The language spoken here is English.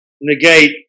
negate